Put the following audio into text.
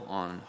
on